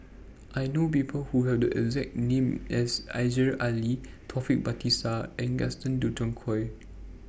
I know People Who Have The exact name as Aziza Ali Taufik Batisah and Gaston Dutronquoy